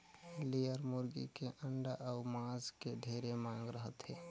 layer मुरगी के अंडा अउ मांस के ढेरे मांग रहथे